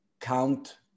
count